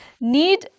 need